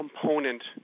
component